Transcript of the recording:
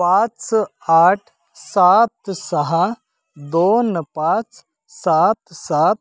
पाच आठ सात सहा दोन पाच सात सात